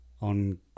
On